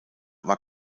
war